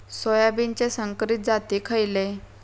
सोयाबीनचे संकरित जाती खयले?